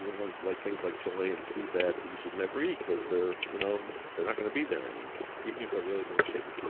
and like things like chilean sea bass that you should never eat cause they're you know they're not going to be there anymore even if they are really delicious?